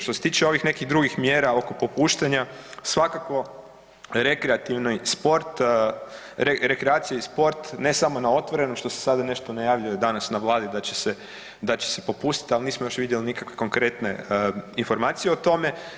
Što se tiče ovih nekih drugih mjera oko popuštanja svakako rekreativni sport, rekreacija i sport ne samo na otvoreno što se sada nešto najavljuje danas na Vladi da će se popustiti, ali nismo još vidjeli nikakve konkretne informacije o tome.